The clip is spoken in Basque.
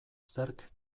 zerk